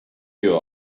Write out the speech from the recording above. you